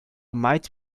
might